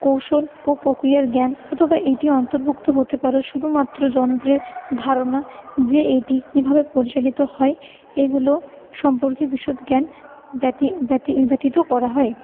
কৌশল ও পক্রিয়ার জ্ঞান অথবা এটির অন্তর্ভুক্ত হতে পারে শুধুমাত্র যন্ত্রের ধারণা যে এটি কিভাবে পরিচালিত হয় এগুলো সম্পর্কে বিশদ জ্ঞান ব্যাতীত করা হয়